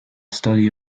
study